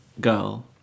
girl